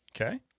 Okay